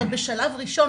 אבל בשלב ראשון,